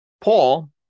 Paul